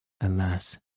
Alas